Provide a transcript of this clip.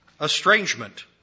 estrangement